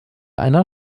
einer